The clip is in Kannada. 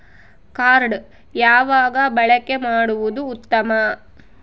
ಕಾರ್ಡ್ ಯಾವಾಗ ಬಳಕೆ ಮಾಡುವುದು ಉತ್ತಮ?